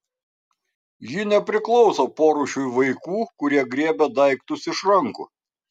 ji nepriklauso porūšiui vaikų kurie griebia daiktus iš rankų